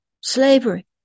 slavery